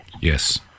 Yes